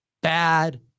bad